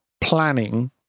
planning